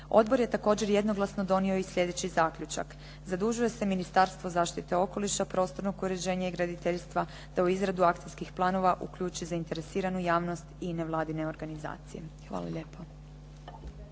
Odbor je također jednoglasno donio i sljedeći zaključak. Zadužuje se Ministarstvo zaštite okoliša, prostornog uređenja i graditeljstva da u izradu akcijskih planova uključi zainteresiranu javnost i nevladine organizacije. Hvala lijepo.